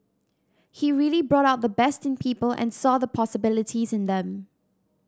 he really brought out the best in people and saw the possibilities in them